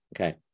okay